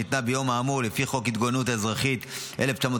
שניתנה ביום האמור לפי חוק ההתגוננות האזרחית 1951,